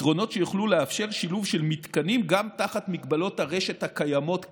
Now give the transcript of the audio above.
פתרונות שיוכלו לאפשר שילוב של מתקנים גם תחת מגבלות הרשת הקיימות כיום.